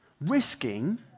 Risking